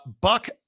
Buck